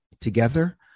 together